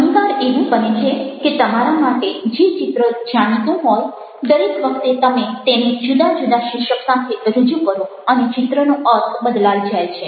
ઘણી વાર એવું બને છે કે તમારા માટે જે ચિત્ર જાણીતું હોય દરેક વખતે તમે તેને જુદા જુદા શીર્ષક સાથે રજૂ કરો અને ચિત્રનો અર્થ બદલાઈ જાય છે